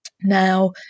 now